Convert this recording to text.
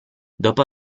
dopo